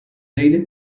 daily